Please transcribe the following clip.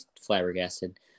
flabbergasted